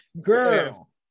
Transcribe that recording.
Girl